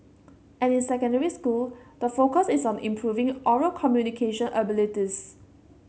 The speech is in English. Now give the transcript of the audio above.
and in secondary school the focus is on improving oral communication abilities